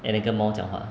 and 你跟猫讲话